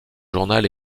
journal